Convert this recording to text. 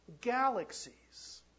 Galaxies